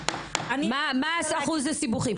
ולשוויון מגדרי): << קריאה מה אחוז הסיבוכים?